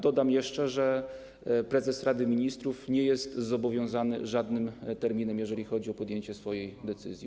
Dodam jeszcze, że prezes Rady Ministrów nie jest zobowiązany żadnym terminem, jeżeli chodzi o podjęcie swojej decyzji.